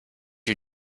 you